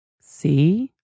see